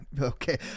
Okay